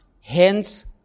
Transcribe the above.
Hence